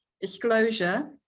disclosure